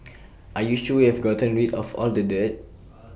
are you sure we've gotten rid of all the dirt